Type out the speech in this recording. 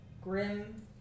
Grim